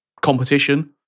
competition